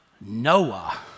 Noah